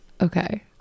Okay